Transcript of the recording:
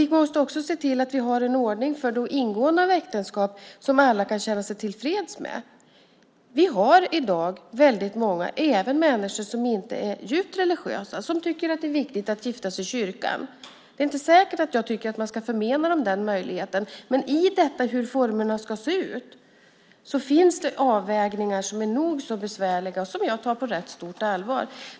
Vi måste också se till att vi har en ordning för ingående av äktenskap som alla kan känna sig tillfreds med. Det finns i dag väldigt många, även människor som inte är djupt religiösa, som tycker att det är viktigt att gifta sig i kyrkan. Det är inte säkert att jag tycker att man ska förmena dem den möjligheten. I detta hur formerna ska se ut finns det avvägningar som är nog så besvärliga och som jag tar på rätt stort allvar.